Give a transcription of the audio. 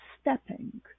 stepping